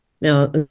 Now